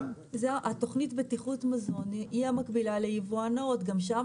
התוכנית בטיחות מזון היא המקבילה ליבואן נאות גם שם